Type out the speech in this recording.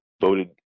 voted